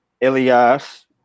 Ilias